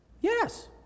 Yes